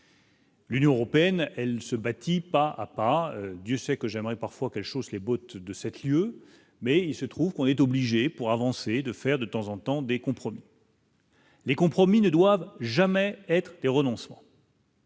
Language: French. L'Union européenne, elle se bâtit pas à pas, Dieu sait que j'aimerais parfois qu'elle chausse les bottes de 7 lieues mais il se trouve qu'on est obligé pour avancer et de faire de temps en temps, des compromis. Les compromis ne doivent jamais être des renoncements.